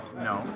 No